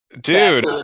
dude